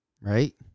right